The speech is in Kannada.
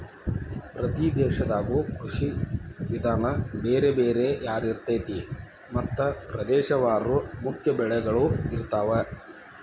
ಪ್ರತಿ ದೇಶದಾಗು ಕೃಷಿ ವಿಧಾನ ಬೇರೆ ಬೇರೆ ಯಾರಿರ್ತೈತಿ ಮತ್ತ ಪ್ರದೇಶವಾರು ಮುಖ್ಯ ಬೆಳಗಳು ಇರ್ತಾವ